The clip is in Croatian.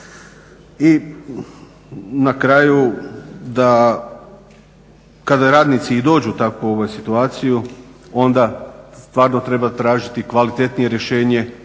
Na kraju da kada radnici dođu u takvu situaciju onda stvarno treba tražiti kvalitetnije rješenje